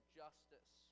justice